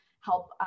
help